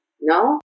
No